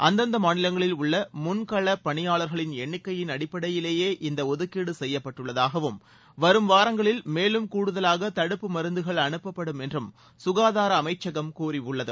அந்தந்த மாநிலங்களில் உள்ள முன்களப் பணியாளர்களின் எண்ணிக்கையின் அடிப்படையிலேயே இந்த ஒதுக்கீடு செய்யப்பட்டுள்ளதாகவும் வரும் வாரங்களில் மேலும் கூடுதலாக தடுப்பு மருந்துகள் அனுப்பப்படும் என்றும் சுகாதார அமைச்சகம் கூறியுள்ளது